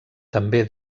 també